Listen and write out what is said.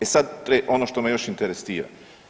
E sad ono što me još interesira.